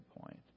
point